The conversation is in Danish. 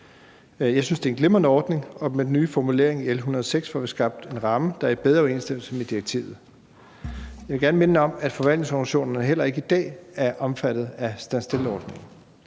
Jeg synes, det er en glimrende ordning. Og med den nye formulering i L 106 får vi skabt en ramme, der er i bedre overensstemmelse med direktivet. Jeg vil gerne minde om, at forvaltningsorganisationer heller ikke i dag er omfattet af stand still-ordningen.